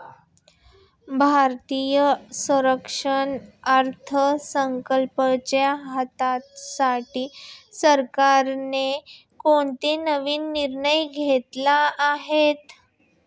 भारतीय संरक्षण अर्थसंकल्पाच्या हितासाठी सरकारने कोणते नवीन निर्णय घेतले आहेत?